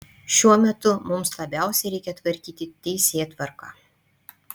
šiuo metu mums labiausiai reikia tvarkyti teisėtvarką